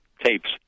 tapes